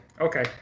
Okay